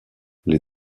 les